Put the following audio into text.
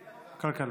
כלכלה.